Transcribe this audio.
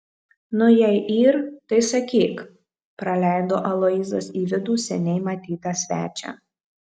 nu jei yr tai sakyk praleido aloyzas į vidų seniai matytą svečią